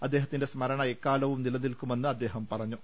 അദ്ദേഹത്തിന്റെ സ്മരണ എക്കാലവും നിലനിൽക്കു മെന്ന് അദ്ദേഹം പറഞ്ഞു